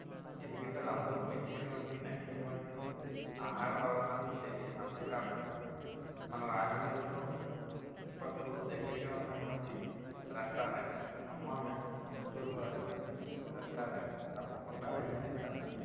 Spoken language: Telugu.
ఎందుకంటే అది అందరు మెచ్చేటటువంటి నచ్చేటటువంటి ఆహార పదార్ధం అంతేకాకుండా మన రాజమండ్రిలో మన చుట్టుపక్కలలో దగ్గరగా ఉండేటువంటి రెస్టారెంట్ అమ్మ మెస్ గుంటూరు వారి రెస్టారెంట్ తప్పకుండా వెళ్ళి తింటాను